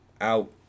out